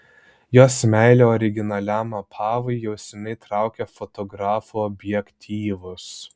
jos meilė originaliam apavui jau seniai traukia fotografų objektyvus